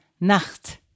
nacht